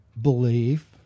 belief